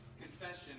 confession